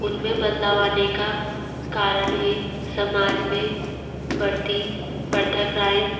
उन में बदलाव आने का कारण है समाज में बढ़ती बढ़ता क्राइम